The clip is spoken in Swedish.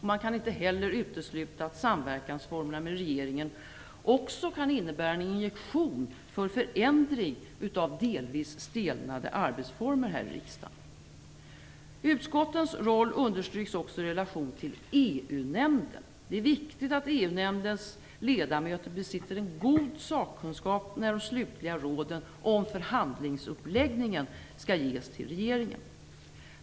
Man kan inte heller utesluta att samverkansformerna med regeringen också kan innebära en injektion för förändring av delvis stelnade arbetsformer här i riksdagen. Utskottens roll understryks också i relation till EU-nämnden. Det är viktigt att EU-nämndens ledamöter besitter en god sakkunskap när de slutliga råden om förhandlingsuppläggningen skall ges till regeringen.